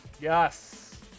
Yes